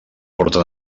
porta